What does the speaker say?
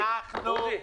עוזי, עוזי, תן לו, תן לו.